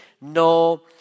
no